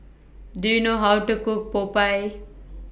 Do YOU know How to Cook Popiah